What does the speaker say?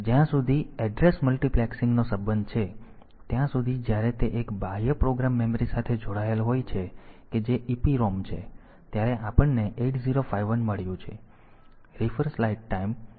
જ્યાં સુધી એડ્રેસ મલ્ટિપ્લેક્સિંગનો સંબંધ છે ત્યાં સુધી જ્યારે તે એક બાહ્ય પ્રોગ્રામ મેમરી સાથે જોડાયેલ હોય છે કે જે EPROM છે ત્યારે આપણને 8051 મળ્યું છે